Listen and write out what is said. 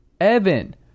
evan